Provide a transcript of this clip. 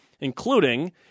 including